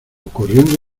corriendo